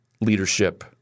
Leadership